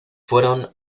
fueron